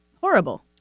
horrible